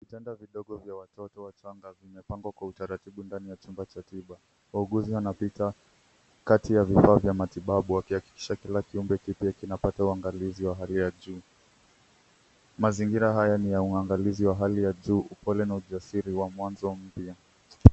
Vitanda vidogo vya watoto wachanga zimepangwa kwa utaratibu ndani ya chumba cha tiba. Wahuguzi wanapita kati ya vifaa vya matibabu wakihakikisha kila kiumbe kipya kimepata uangalizi wa hali ya juu. Mazingira haya ni ya uangalizi wa hali ya juu, upole na ujasiri wa mwanzo mpya.